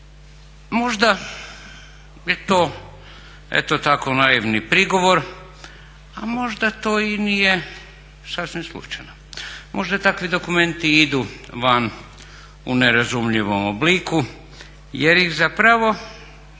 možda je to eto tako naivni prigovor a možda to i nije sasvim slučajno, možda i takvi dokumenti idu van u nerazumljivom obliku jer ih zapravo